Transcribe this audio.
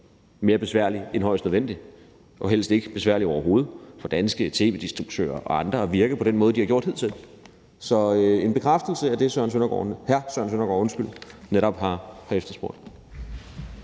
mere besværligt end højst nødvendigt og helst overhovedet ikke besværligt for danske tv-distributører og andre at virke på den måde, de har gjort hidtil. Så det er en bekræftelse af det, som hr. Søren Søndergaard netop har efterspurgt.